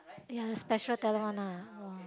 ya the special talent one lah !wah!